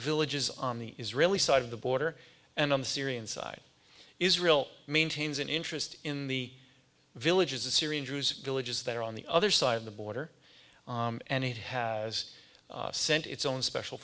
villages on the israeli side of the border and on the syrian side israel maintains an interest in the villages the syrian jews villages that are on the other side of the border and it has sent its own special